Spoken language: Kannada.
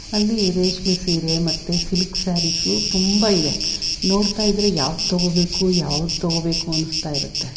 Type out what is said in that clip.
ಅಲ್ಲಿ ರೇಷ್ಮೆ ಸೀರೆ ಮತ್ತು ಸಿಲ್ಕ್ ಸ್ಯಾರೀಸು ತುಂಬ ಇದೆ ನೋಡ್ತಾಯಿದ್ರೆ ಯಾವ್ದು ತೊಗೊಬೇಕು ಯಾವ್ದು ತೊಗೊಬೇಕು ಅನಿಸ್ತಾಯಿರುತ್ತೆ